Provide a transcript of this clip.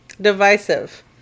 divisive